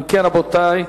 אם כן, רבותי,